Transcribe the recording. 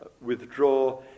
withdraw